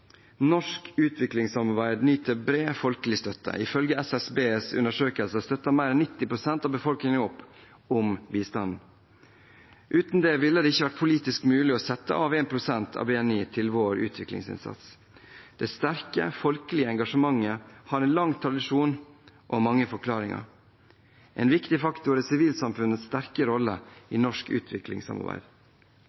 Norsk utviklingssamarbeid nyter bred folkelig støtte. Ifølge SSBs undersøkelser støtter mer enn 90 pst. av befolkningen opp om bistanden. Uten det ville det ikke være politisk mulig å sette av 1 pst. av BNI til vår utviklingsinnsats. Det sterke, folkelige engasjementet har en lang tradisjon og mange forklaringer. En viktig faktor er sivilsamfunnets sterke rolle